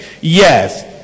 yes